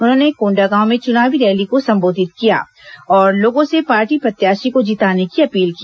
उन्होंने कोंडागांव में चुनावी रैली को संबोधित किया और लोगों से पार्टी प्रत्याशी को जिताने की अपील की